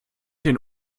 den